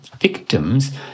victims